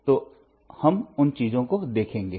तो हम उन चीजों को देखेंगे